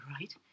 right